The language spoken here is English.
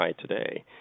today